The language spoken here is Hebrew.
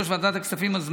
ראשי המועצות האזוריות,